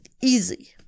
easy